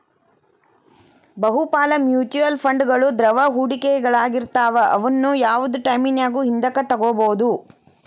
ಬಹುಪಾಲ ಮ್ಯೂಚುಯಲ್ ಫಂಡ್ಗಳು ದ್ರವ ಹೂಡಿಕೆಗಳಾಗಿರ್ತವ ಅವುನ್ನ ಯಾವ್ದ್ ಟೈಮಿನ್ಯಾಗು ಹಿಂದಕ ತೊಗೋಬೋದು